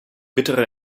bittere